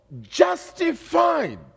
justified